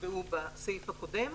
שנקבעו בסעיף הקודם,